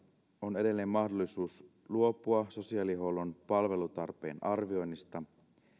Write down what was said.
on edelleen mahdollisuus luopua sosiaalihuollon palvelutarpeen arvioinnista